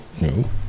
No